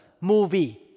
movie